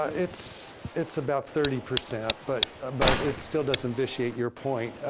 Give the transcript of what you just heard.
it's it's about thirty percent but ah but it still doesn't vitiate your point.